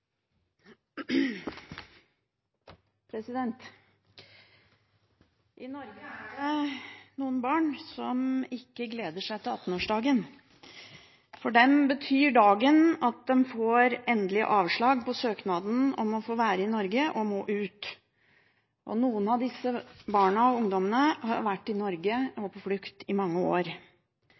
avsluttet. I Norge er det noen barn som ikke gleder seg til 18-årsdagen. For dem betyr dagen at de får endelig avslag på søknaden om å få være i Norge, og må ut. Noen av disse barna og ungdommene har vært i Norge og på flukt i mange år.